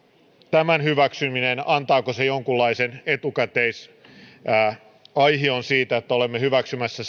tämän hyväksyminen jonkinlaisen etukäteisaihion siitä että olemme hyväksymässä